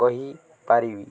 କହିପାରିବି